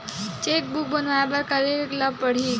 Cheque book बनवाय बर का करे ल पड़हि?